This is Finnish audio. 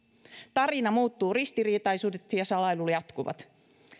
tarina muuttuu ristiriitaisuudet ja salailu jatkuvat